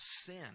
sin